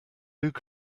luke